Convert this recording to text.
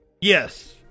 Yes